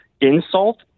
insult